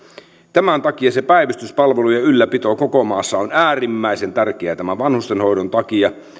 tämän takia se päivystyspalvelujen ylläpito koko maassa on äärimmäisen tärkeää tämän vanhustenhoidon takia esimerkiksi